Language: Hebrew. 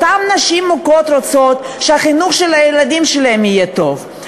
אותן נשים מוכות רוצות שהחינוך של הילדים שלהן יהיה טוב,